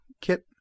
kit